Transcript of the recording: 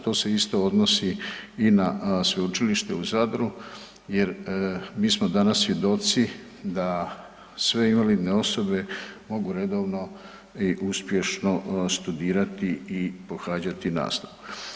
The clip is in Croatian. To se isto odnosi i na Sveučilište u Zadru jer mi smo danas svjedoci da sve invalidne osobe mogu redovno i uspješno studirati i pohađati nastavu.